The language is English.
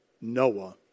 Noah